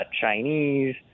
Chinese